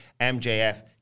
MJF